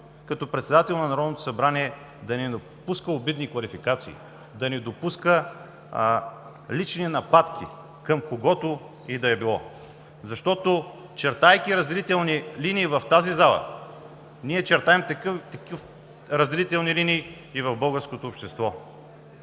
като председател на Народното събрание е да не допуска обидни квалификации, да не допуска лични нападки към когото и да било. Защото чертаейки разделителни линии в тази зала, ние чертаем и разделителни линии в българското общество.